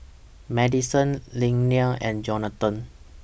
Madison Leia and Jonathon